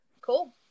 Cool